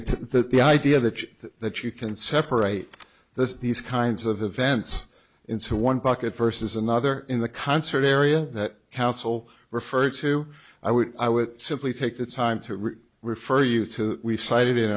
meant that the idea that that you can separate this these kinds of events into one bucket versus another in the concert area that counsel referred to i would i would simply take the time to really refer you to we cited in